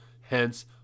Hence